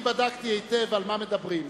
בדקתי היטב על מה מדברים.